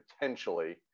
potentially